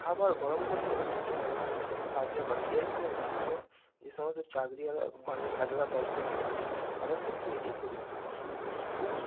খাবার গরম করতে ও দ্রুত রান্না করতে সাহায্য করে এর ফলে বিভিন্ন যে সমস্ত চাকরিওয়ালা মানুষ থাকে বা দম্পতি থাকে তাদের ক্ষেত্রে এটি খুবই সুবিধা